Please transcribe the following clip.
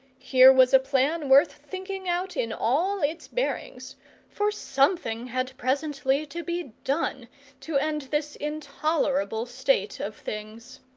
here was a plan worth thinking out in all its bearings for something had presently to be done to end this intolerable state of things.